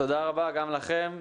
תודה רבה לכם.